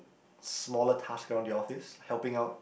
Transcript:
smaller tasks around the office helping out